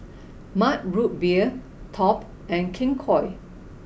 Mug Root Beer Top and King Koil